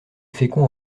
fécond